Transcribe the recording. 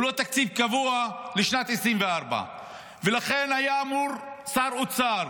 הוא לא תקציב קבוע לשנת 2024. ולכן שר האוצר,